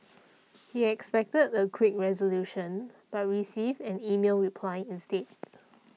he expected a quick resolution but received an email reply instead